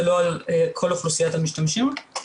ולא על כל אוכלוסיית המשתמשים.